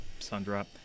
Sundrop